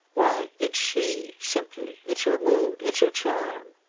why, it's she simply. it's her mood. it's her charm.